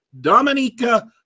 Dominica